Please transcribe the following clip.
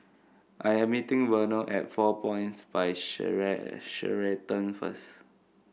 I am meeting Vernal at Four Points by Sheraton first